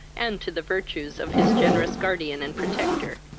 and to the virtues of his generous guardian and protector.